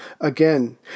Again